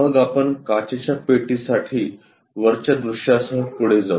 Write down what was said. मग आपण काचेच्या पेटीसाठी वरच्या दृश्यासह पुढे जाऊ